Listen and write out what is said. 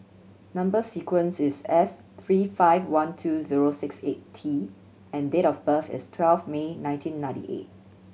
number sequence is S three five one two zero six eight T and date of birth is twelve May nineteen ninety eight